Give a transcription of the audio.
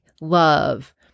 love